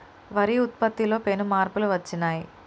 వరి ఉత్పత్తిలో పెను మార్పులు వచ్చినాయ్